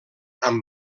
amb